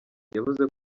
yavuze